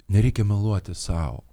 nereikia meluoti sau